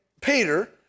Peter